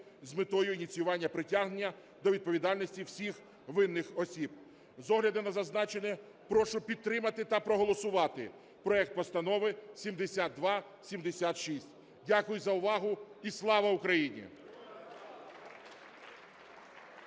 з метою ініціювання притягнення до відповідальності всіх винних осіб. З огляду на зазначене прошу підтримати та проголосувати проект Постанови 7276. Дякую за увагу. І Слава Україні!